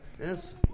Yes